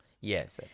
Yes